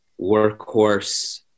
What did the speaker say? workhorse